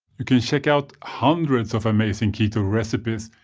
you can check out hundreds of amazing keto recipes,